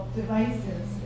devices